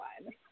one